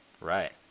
Right